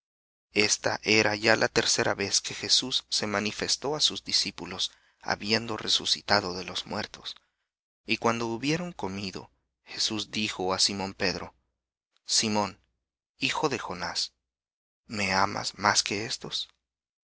esta ya la tercera vez que jesús se manifestó á sus discípulos habiendo resucitado de los muertos y cuando hubieron comido jesús dijo á simón pedro simón de jonás me amas más que éstos